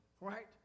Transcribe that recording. right